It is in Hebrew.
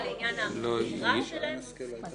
--- אז